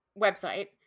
website